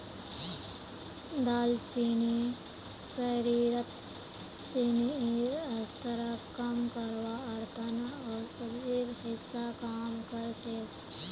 दालचीनी शरीरत चीनीर स्तरक कम करवार त न औषधिर हिस्सा काम कर छेक